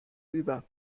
über